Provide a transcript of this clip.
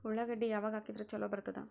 ಉಳ್ಳಾಗಡ್ಡಿ ಯಾವಾಗ ಹಾಕಿದ್ರ ಛಲೋ ಬರ್ತದ?